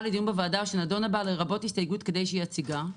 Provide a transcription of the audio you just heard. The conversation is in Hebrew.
לדיון בוועדה שנדונה בה לרבות הסתייגות כדי שיציגה.